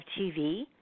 TV